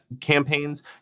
campaigns